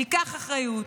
תיקח אחריות.